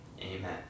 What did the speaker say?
Amen